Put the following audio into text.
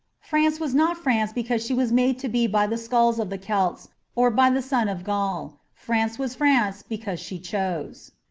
france was not france because she was made to be by the skulls of the celts or by the sun of gaul. france was france because she chose.